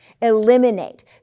Eliminate